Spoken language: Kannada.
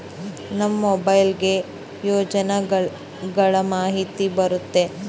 ನಮ್ ಮೊಬೈಲ್ ಗೆ ಯೋಜನೆ ಗಳಮಾಹಿತಿ ಬರುತ್ತ?